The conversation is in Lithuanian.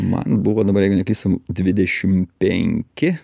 man buvo dabar jeigu neklystu dvidešim penki